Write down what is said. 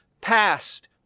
past